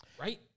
Right